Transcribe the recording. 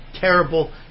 terrible